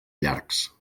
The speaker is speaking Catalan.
llargs